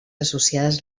associades